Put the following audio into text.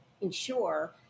ensure